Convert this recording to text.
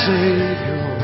Savior